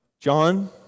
John